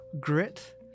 Grit